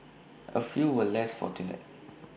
A few were less fortunate